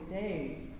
days